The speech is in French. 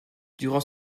durant